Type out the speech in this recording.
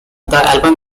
album